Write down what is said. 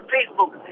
Facebook